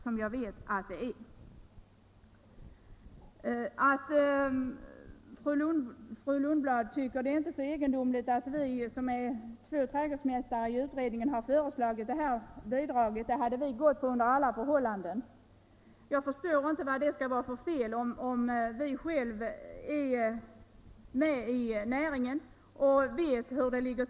Sedan tyckte fru Lundblad inte att det var så egendomligt att vi två trädgårdsodlare i utredningen har föreslagit detta bidrag; det skulle vi ha gjort under alla förhållanden. Jag förstår inte vad det kan vara för fel i att vi själva är med i utredningen.